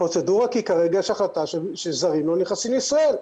הפרוצדורה כי כרגע יש החלטה שזרים לא נכנסים לישראל.